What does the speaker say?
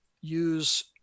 use